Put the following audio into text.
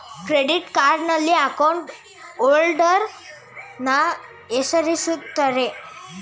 credit ಕಾರ್ಡ್ನಲ್ಲಿ account holder ನ ಹೆಸರಿರುತ್ತೆ